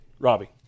Robbie